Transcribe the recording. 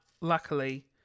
luckily